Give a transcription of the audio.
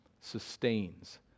sustains